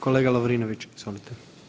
Kolega Lovrinović, izvolite.